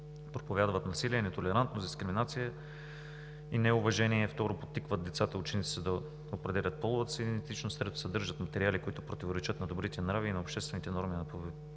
проповядват насилие, нетолерантност, дискриминация и неуважение; второ, подтикват децата и учениците да определят половата си идентичност; трето, съдържат материали, които противоречат на добрите нрави и на обществените норми на поведение;